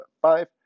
five